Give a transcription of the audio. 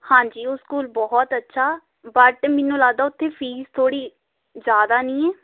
ਹਾਂਜੀ ਉਹ ਸਕੂਲ ਬਹੁਤ ਅੱਛਾ ਬਟ ਮੈਨੂੰ ਲੱਗਦਾ ਉੱਥੇ ਫੀਸ ਥੋੜ੍ਹੀ ਜ਼ਿਆਦਾ ਨਹੀਂ ਹੈ